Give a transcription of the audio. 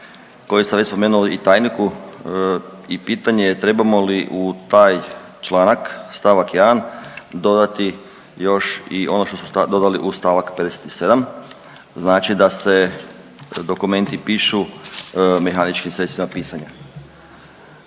koji sam već spomenuo i tajniku i pitanje je trebamo li u taj članak st. 1. dodati još i ono što su dodali uz st. 57., znači da se dokumenti pišu mehaničkim sredstvima pisanja.